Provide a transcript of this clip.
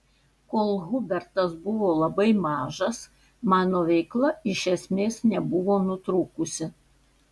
kol hubertas buvo labai mažas mano veikla iš esmės nebuvo nutrūkusi